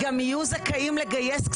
גם אם הצעת החוק הזאת תעבור,